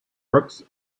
brooks